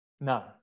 no